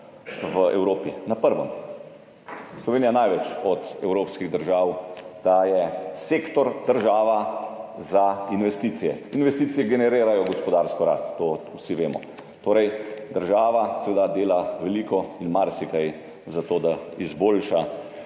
v Evropi? Na prvem! Slovenija največ od evropskih držav daje, sektor država, za investicije. Investicije generirajo gospodarsko rast, to vsi vemo. Torej, država seveda dela veliko in marsikaj za to, da izboljša